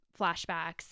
flashbacks